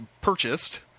purchased